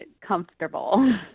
comfortable